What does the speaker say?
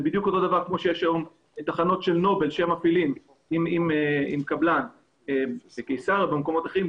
זה יהיה בדיוק כמו התחנות שנובל מפעילה עם קבלן בקיסריה ובמקומות אחרים.